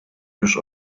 już